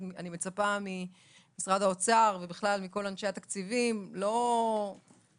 אני מצפה ממשרד האוצר ובכלל מכל אנשי התקציבים לא לעבר